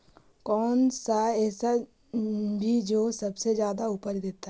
कौन सा ऐसा भी जो सबसे ज्यादा उपज देता है?